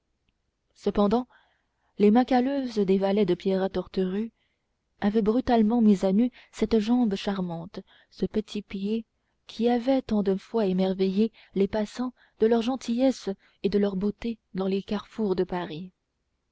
cependant les mains calleuses des valets de pierrat torterue avaient brutalement mis à nu cette jambe charmante ce petit pied qui avaient tant de fois émerveillé les passants de leur gentillesse et de leur beauté dans les carrefours de paris